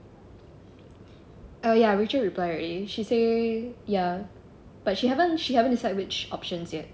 uh ya rachel replied already she say ya but she haven't she haven't decide which options yet